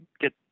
get